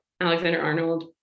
Alexander-Arnold